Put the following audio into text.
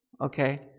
Okay